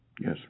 Yes